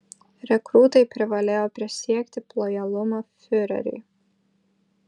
rekrūtai privalėjo prisiekti lojalumą fiureriui